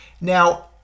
Now